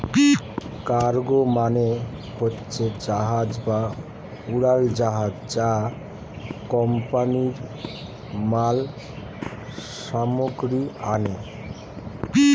cargo মানে হচ্ছে জাহাজ বা উড়োজাহাজ যা কোম্পানিরা মাল সামগ্রী আনে